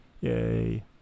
Yay